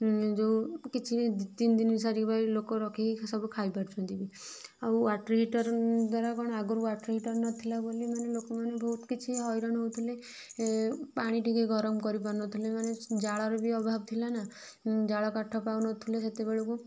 ଯେଉଁ କିଛି ଦି ତିନି ଦିନ ସରି ଲୋକ ରଖିକି ସବୁ ଖାଇ ପାରୁଛନ୍ତି ବି ଆଉ ୱାଟର୍ ହିଟର୍ ଦ୍ବାରା କଣ ଆଗରୁ ୱାଟର୍ ହିଟର୍ ହେଉନଥିଲା ବୋଲି ମାନେ ଲୋକ ମାନେ ବହୁତ କିଛି ହଇରାଣ ହେଉଥିଲେ ପାଣି ଟିକେ ଗରମ କରିପାରୁନଥିଲେ ମାନେ ଜାଳର ବି ଅଭାବ ଥିଲା ନା ଜାଳ କାଠ ପାଉନଥିଲେ ସେତବେଳେକୁ